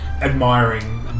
admiring